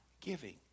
giving